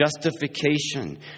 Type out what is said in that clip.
justification